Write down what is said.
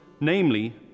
namely